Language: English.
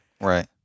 Right